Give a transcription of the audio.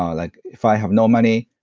um like if i have no money,